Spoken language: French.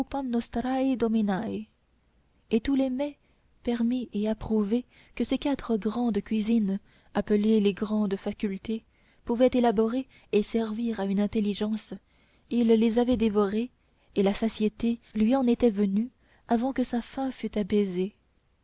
dominæ tous les mets permis et approuvés que ces quatre grandes cuisines appelées les quatre facultés pouvaient élaborer et servir à une intelligence il les avait dévorés et la satiété lui en était venue avant que sa faim fût apaisée